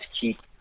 keep